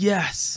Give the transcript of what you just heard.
Yes